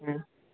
हँ